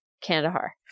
Kandahar